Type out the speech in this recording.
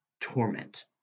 torment